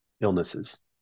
illnesses